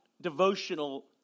devotional